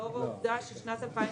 לאור העובדה ששנת 2020,